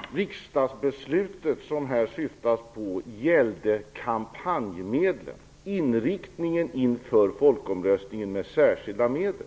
Herr talman! Det riksdagsbeslut som det här syftas på gällde kampanjmedlen, inriktningen inför folkomröstningen med särskilda medel.